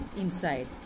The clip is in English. inside